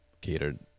catered